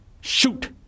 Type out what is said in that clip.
Shoot